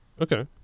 Okay